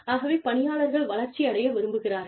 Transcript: ஆகவே பணியாளர்கள் வளர்ச்சி அடைய விரும்புகிறார்கள்